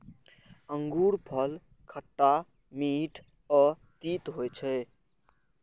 अंगूरफल खट्टा, मीठ आ तीत होइ छै